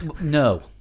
no